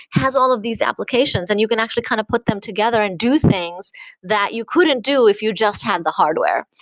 has all of these applications and you can actually kind of put them together and do things that you couldn't do if you just have the hardware.